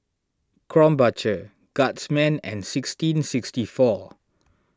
Krombacher Guardsman and sixteen sixty four